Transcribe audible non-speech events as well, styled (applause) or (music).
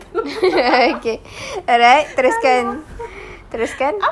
(laughs) okay alright teruskan teruskan